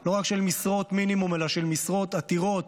לא רק משרות מינימום אלא משרות עתירות,